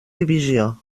divisió